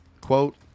quote